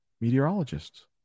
meteorologists